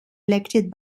elected